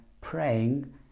praying